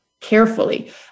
carefully